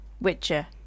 Witcher